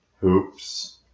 hoops